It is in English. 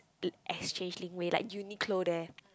l~ Exchange Linkway like Uniqlo there